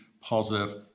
positive